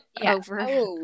over